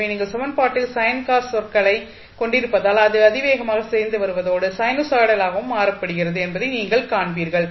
எனவே நீங்கள் சமன்பாட்டில் சைன் காஸ் sine cos சொற்களைக் கொண்டிருப்பதால் அது அதிவேகமாக சிதைந்து வருவதோடு சைனூசாய்டல் ஆகவும் மாறுபடுகிறது என்பதை நீங்கள் காண்பீர்கள்